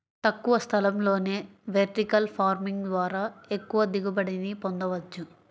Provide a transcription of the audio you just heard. తక్కువ స్థలంలోనే vertical farming ద్వారా ఎక్కువ దిగుబడిని పొందవచ్చు